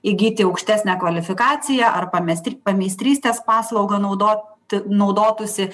įgyti aukštesnę kvalifikaciją ar pamesti pameistrystės paslaugą naudoti naudotųsi